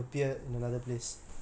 சரி:sari